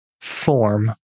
form